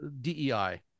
DEI